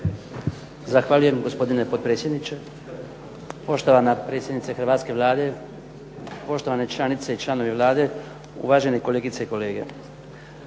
Zahvaljujem gospodine potpredsjedniče. Poštovana predsjednice hrvatske Vlade, poštovane članice i članovi Vlade, uvažene kolegice i kolege.